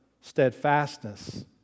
steadfastness